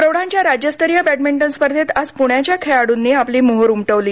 प्रौढांच्या राज्यस्तरीय बॅडमिंटन स्पर्धेत आज प्ण्याच्या खेळाडूंनी आपली मोहोर उमटवली